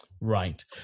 Right